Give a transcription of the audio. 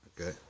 Okay